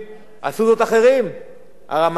הרמטכ"ל בוגי יעלון,